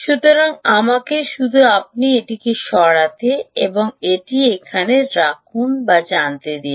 সুতরাং আমাকে শুধু আপনি এটিকে সরাতে এবং এটি এখানে রাখুন জানাতে দিন